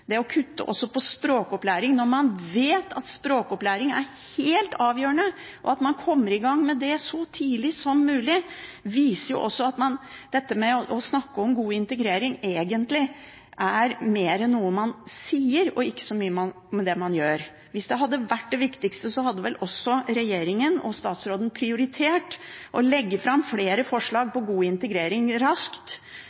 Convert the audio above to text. det å kutte i språkopplæring – når man vet at det er helt avgjørende å komme i gang med språkopplæring så tidlig som mulig – viser at det å snakke om god integrering egentlig er noe man sier, ikke noe man gjør. Hvis det hadde vært det viktigste, hadde vel også regjeringen og statsråden prioritert å legge fram flere forslag